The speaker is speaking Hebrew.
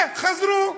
וחזרו.